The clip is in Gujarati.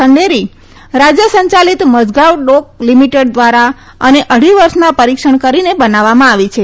ખંડેરી રાજ્ય સંચાલિત માઝગાંવ ડોક લિમિટેડ દ્વારા અને અઢી વર્ષના પરીક્ષણ કરીને બનાવવામાં આવી છે